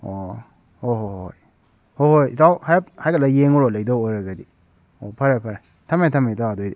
ꯑꯣ ꯍꯣꯏ ꯍꯣꯏ ꯍꯣꯏ ꯍꯣꯏ ꯍꯣꯏ ꯍꯣꯏ ꯏꯇꯥꯎ ꯍꯥꯏꯔꯞ ꯍꯥꯏꯒꯠꯂꯒ ꯌꯦꯡꯉꯨꯔꯣ ꯂꯩꯗꯧꯕ ꯑꯣꯏꯔꯒꯗꯤ ꯑꯣ ꯐꯔꯦ ꯐꯔꯦ ꯊꯝꯃꯦ ꯊꯝꯃꯦ ꯏꯇꯥꯎ ꯑꯗꯨꯑꯣꯏꯔꯗꯤ